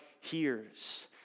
hears